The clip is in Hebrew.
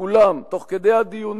אולם תוך כדי הדיון,